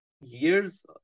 years